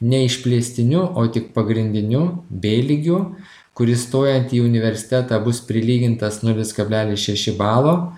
ne išplėstiniu o tik pagrindiniu b lygiu kuris stojant į universitetą bus prilygintas nulis kablelis šeši balo